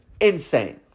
Insane